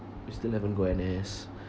we still haven't go N_S